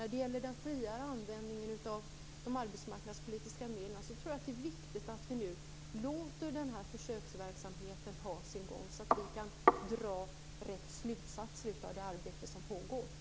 När det gäller den friare användningen av de arbetsmarknadspolitiska medlen vill jag säga att jag tror att det är viktigt att vi nu låter försöksverksamheten ha sin gång, så att vi kan dra rätt slutsatser av det arbete som pågår.